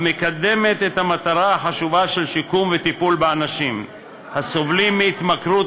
המקדמת את המטרה החשובה של שיקום וטיפול באנשים הסובלים מהתמכרות